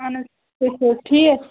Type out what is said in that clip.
اہَن حظ تُہۍ چھُو حظ ٹھیٖک